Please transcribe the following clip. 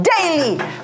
daily